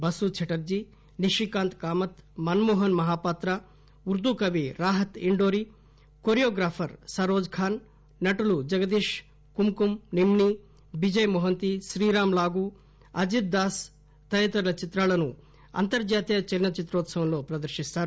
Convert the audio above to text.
bus Chatterjee Nishikant Kamath Manmohan Mohapatra ఉర్దూకవి Rahat Indori choreographer Saroj Khan నటులు జగదీప్ కుమ్ కుమ్ నిమ్ని బిజయ్ మొహంతి శ్రీరామ్ లాగూఅజిత్ దాస్ తదితరుల చిత్రాలను అంతర్జాతీయ చలన చిత్రోత్సవంలో ప్రదర్శిస్తారు